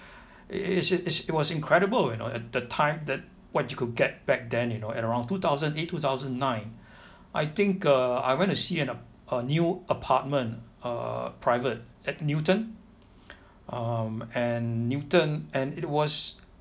it's it's it was incredible you know at that time that what you could get back then you know at around two thousand eight two thousand nine I think uh I went to see an a a new apartment err private at newton um and newton and it was